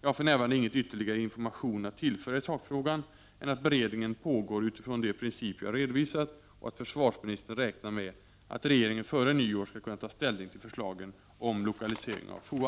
Jag har för närvarande ingen ytterligare information att tillföra i sakfrågan än att beredningen pågår utifrån de principer jag redovisat och att försvarsministern räknar med att regeringen före nyår skall kunna ta ställning till förslagen om lokalisering av FOA.